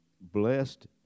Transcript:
blessed